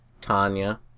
Tanya